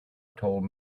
told